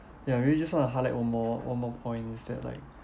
ya maybe just wanna highlight one more one more point is that like